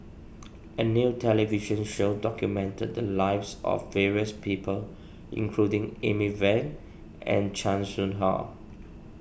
a new television show documented the lives of various people including Amy Van and Chan Soh Ha